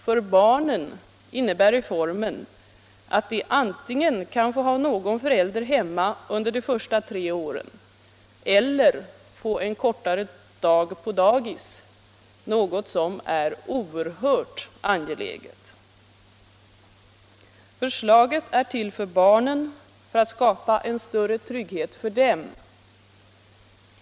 För barnen innebär reformen att de antingen kan få ha någon förälder hemma under de första tre åren eller kan få en kortare dag på dagis, något som är oerhört angeläget. Förslaget är till för barnen, för att skapa en större trygghet för dem.